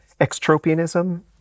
extropianism